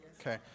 Okay